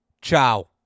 Ciao